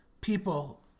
people